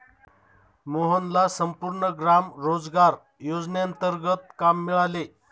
मोहनला संपूर्ण ग्राम रोजगार योजनेंतर्गत काम मिळाले